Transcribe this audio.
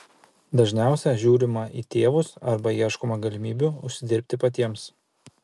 dažniausiai žiūrima į tėvus arba ieškoma galimybių užsidirbti patiems